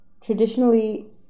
traditionally